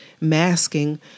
masking